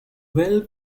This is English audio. well